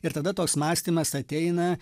ir tada toks mąstymas ateina